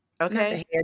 okay